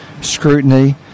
scrutiny